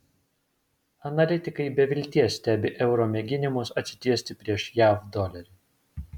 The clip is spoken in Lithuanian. analitikai be vilties stebi euro mėginimus atsitiesti prieš jav dolerį